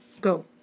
Go